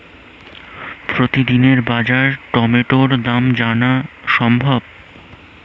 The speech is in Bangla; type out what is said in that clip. প্রতিদিনের বাজার টমেটোর দাম জানা সম্ভব?